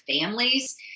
families